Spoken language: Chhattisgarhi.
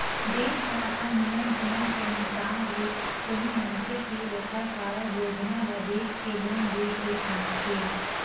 बेंक ह अपन नियम धियम के अनुसार ले कोनो मनखे के ओखर कारज योजना ल देख के लोन देय के सोचथे